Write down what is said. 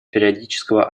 периодического